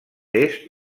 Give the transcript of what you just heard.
est